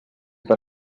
per